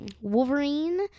wolverine